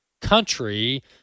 country